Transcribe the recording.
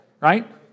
right